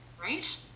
Right